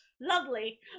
Lovely